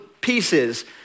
pieces